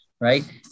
Right